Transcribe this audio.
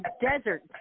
desert